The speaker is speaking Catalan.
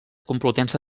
complutense